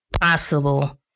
possible